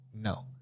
no